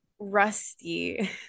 rusty